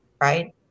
Right